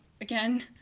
again